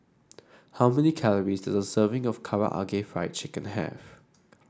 how many calories does a serving of Karaage Fried Chicken have